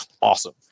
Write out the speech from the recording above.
awesome